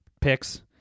picks